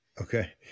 Okay